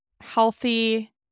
healthy